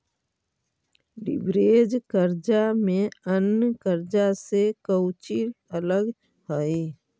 Leverage कर्जा में अन्य कर्जा से कउची अलग हई?